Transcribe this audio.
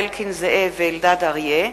זאב אלקין ואריה אלדד,